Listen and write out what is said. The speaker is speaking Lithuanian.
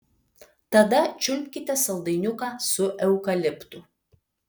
tada čiulpkite saldainiuką su eukaliptu